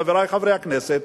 חברי חברי הכנסת,